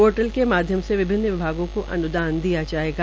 portal के माध्यम से विभिन्न विभागों को अन्दान दिया जायेगा